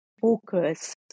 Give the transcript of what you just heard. focus